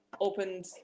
opened